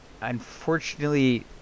unfortunately